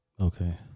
Okay